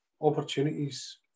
opportunities